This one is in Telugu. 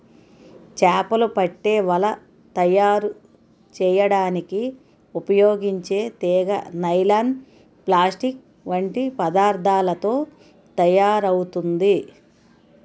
చేపలు పట్టే వల తయారు చేయడానికి ఉపయోగించే తీగ నైలాన్, ప్లాస్టిక్ వంటి పదార్థాలతో తయారవుతుంది